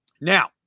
Now